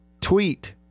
tweet